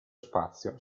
spazio